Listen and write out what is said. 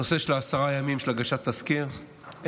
הנושא של הגשת תזכיר תוך עשרה ימים,